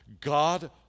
God